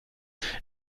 ist